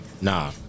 nah